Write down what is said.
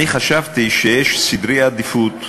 חשבתי שיש סדרי עדיפויות